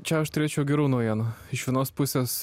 čia aš turėčiau gerų naujienų iš vienos pusės